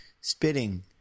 spitting